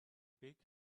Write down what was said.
pick